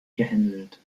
gehänselt